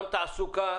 גם תעסוקה